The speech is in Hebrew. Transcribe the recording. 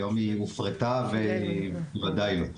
היום היא הופרטה והיא וודאי לא.